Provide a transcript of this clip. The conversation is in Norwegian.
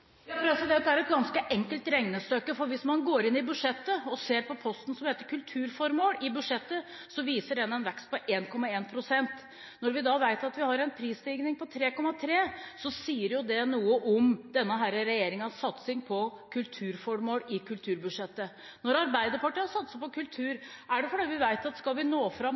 Det er et ganske enkelt regnestykke, for hvis man går inn i budsjettet og ser på posten «kulturformål», viser den en vekst på 1,1 pst. Når vi vet at vi har en prisstigning på 3,3 pst., sier det noe om denne regjeringens satsing på kulturformål i kulturbudsjettet. Når Arbeiderpartiet har satset på kultur, er det fordi vi vet at skal vi nå fram